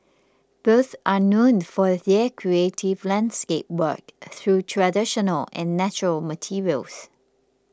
both are known for their creative landscape work through traditional and natural materials